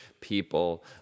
people